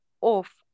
off